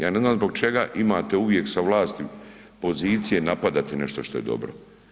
Ja ne znam zbog čega imate uvijek sa vlasti pozicije napadati nešto što je dobro.